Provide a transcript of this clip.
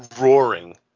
roaring